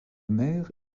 maire